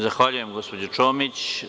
Zahvaljujem gospođo Čomić.